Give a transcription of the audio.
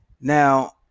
now